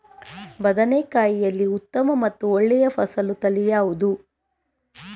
ಬದನೆಕಾಯಿಯಲ್ಲಿ ಉತ್ತಮ ಮತ್ತು ಒಳ್ಳೆಯ ಫಸಲು ತಳಿ ಯಾವ್ದು?